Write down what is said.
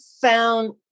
found